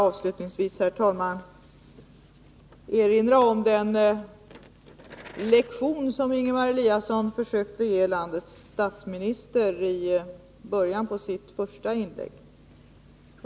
Avslutningsvis vill jag bara erinra om den lektion som Ingemar Eliasson försökte ge landets statsminister i början av sitt första inlägg.